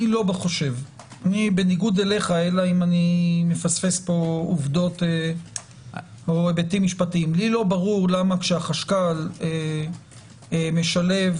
אני בניגוד אליך לי לא ברור למה כשהחשכ"ל משלב